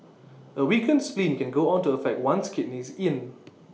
A weakened spleen can go on to affect one's Kidney Yin